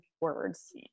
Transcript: words